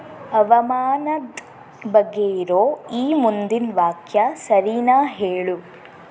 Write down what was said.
ಹವಾಮಾನದ ಬಗ್ಗೆ ಇರೋ ಈ ಮುಂದಿನ ವಾಕ್ಯ ಸರೀನಾ ಹೇಳು